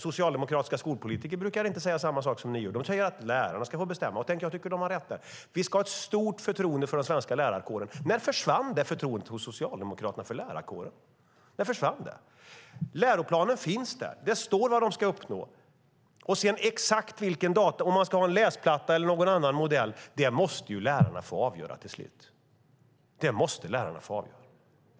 Socialdemokratiska skolpolitiker brukar inte säga samma sak som ni, utan de säger att lärarna ska få bestämma. Tänk att jag tycker att de har rätt. Vi ska ha ett stort förtroende för den svenska lärarkåren. När försvann förtroendet för lärarkåren hos Socialdemokraterna? Läroplanen finns där, och det står vad de ska uppnå. Sedan exakt om man ska ha en läsplatta eller någon annan modell måste lärarna få avgöra till slut.